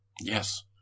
Yes